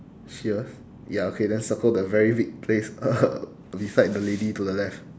shears ya okay then circle the very big place uh beside the lady to the left